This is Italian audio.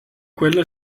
quella